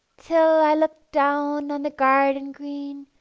till i look down on the garden green,